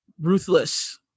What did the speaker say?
ruthless